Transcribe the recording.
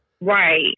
right